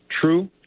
true